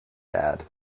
bad